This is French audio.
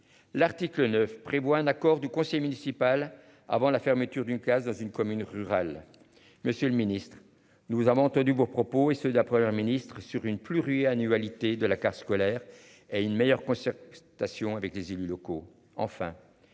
L'article 9 prévoit un accord du conseil municipal avant la fermeture d'une classe dans une commune rurale. Monsieur le Ministre, nous avons entendu vos propos et ceux de la Première ministre et sur une pluriannualité de la carte scolaire et une meilleure concertation avec les élus locaux